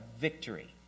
victory